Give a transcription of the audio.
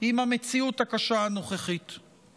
עם המציאות הנוכחית הקשה.